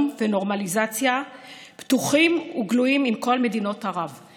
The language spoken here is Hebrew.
ונורמליזציה פתוחים וגלויים עם כל מדינות ערב.